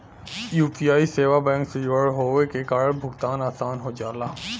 UPI सेवा bank से जुड़ल होये के कारण भुगतान आसान हो जाला